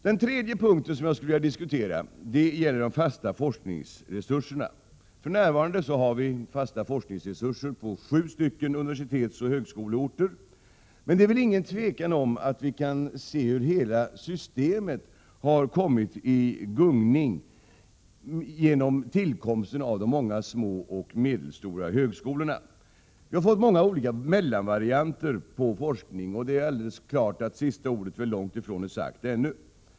Den tredje punkten som jag skulle vilja diskutera gäller de fasta forskningsresurserna. För närvarande finns det fasta forskningsresurser på sju universitetsoch högskoleorter. Men det råder väl inget tvivel om att hela systemet har kommit i gungning genom tillkomsten av de många små och SR NE AA at 2 18 MA SNERVCIESEN KAS Högskoleutbildning, = Em talman! Vi skall medelstora högskolorna. Vi har fått många olika mellanvarianter av forskningen, och det är alldeles klart att sista ordet ännu långt ifrån är sagt.